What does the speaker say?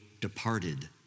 departed